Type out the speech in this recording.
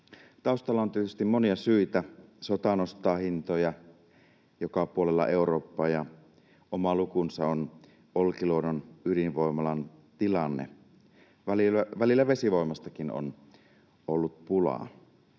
Taustalla on tietysti monia syitä. Sota nostaa hintoja joka puolella Eurooppaa, ja oma lukunsa on Olkiluodon ydinvoimalan tilanne. Välillä vesivoimastakin on ollut pulaa.